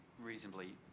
reasonably